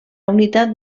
unitat